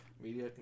media